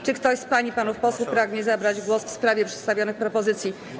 Czy ktoś z pań i panów posłów pragnie zabrać głos w sprawie przedstawionych propozycji?